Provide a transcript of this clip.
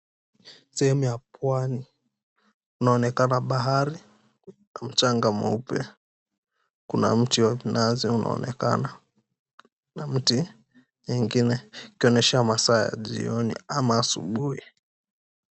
Sehemu ya Pwani kunaonekana bahari mchanga mweupe kuna mti wa mnazi unaonekana na mti nyingine ikionyesha masaa ya asubuhi au jioni.